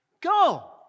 Go